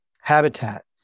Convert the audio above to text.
habitat